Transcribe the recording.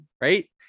right